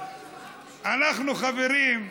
אנחנו, חברים,